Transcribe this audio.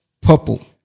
Purple